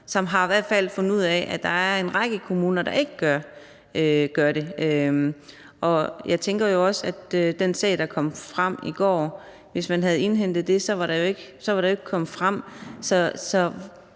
som har fundet ud af, at der er en række kommuner, der ikke gør det. Jeg tænker jo også om den sag, der kom frem i går, at hvis man havde indhentet attest der, var den sag ikke opstået.